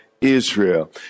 Israel